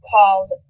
Called